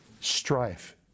strife